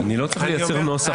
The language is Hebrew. אני לא צריך לייצר נוסח.